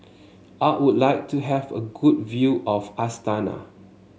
I would like to have a good view of Astana